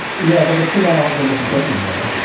yeah but the too late argument doesn't get you anywhere.